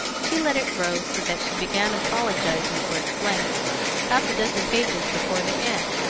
she let it grow so that she began apologising for its length half a dozen pages before the end.